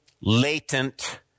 latent